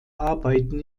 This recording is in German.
arbeiten